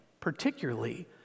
Particularly